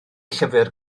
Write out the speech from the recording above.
llyfr